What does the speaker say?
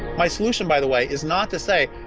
my solution by the way is not to say,